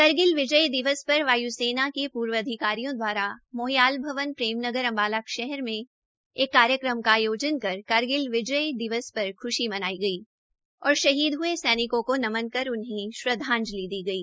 करगिल विजय दिवस पर वाय् सेना के पूर्व अधिकारियों द्वारा मोहयाल भवन प्रेमनगर अम्बाला मे एक कार्यक्रम का आयोजन कर करगिल विजय पर ख्शी मनाई गई और शहीद ह्ये सैनिकों को नमन कर उन्हें श्रद्वाजंलि दी गई